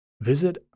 Visit